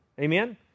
Amen